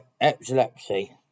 epilepsy